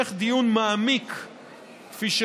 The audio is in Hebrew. להמשך דיון מעמיק בוועדה,